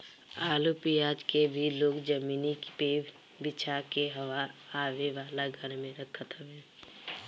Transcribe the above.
आलू पियाज के भी लोग जमीनी पे बिछा के हवा आवे वाला घर में रखत हवे